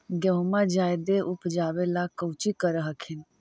गेहुमा जायदे उपजाबे ला कौची कर हखिन?